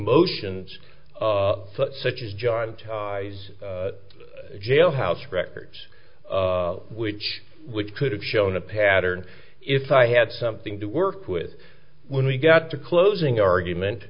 motions such as john ties jailhouse records which which could have shown a pattern if i had something to work with when we got to closing argument